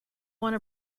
want